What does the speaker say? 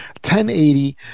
1080